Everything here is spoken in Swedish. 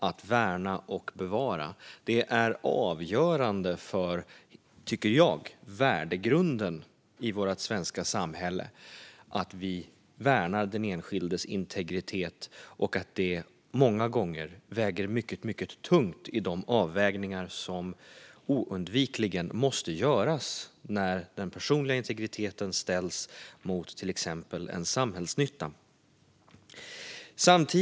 Det är, tycker jag, avgörande för värdegrunden i vårt svenska samhälle att vi värnar den enskildes integritet och att det många gånger väger mycket tungt i de avvägningar som oundvikligen måste göras när den personliga integriteten ställs mot till exempel en samhällsnytta.